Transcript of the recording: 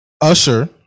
Usher